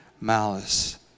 malice